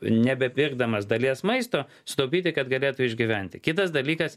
nebepirkdamas dalies maisto sutaupyti kad galėtų išgyventi kitas dalykas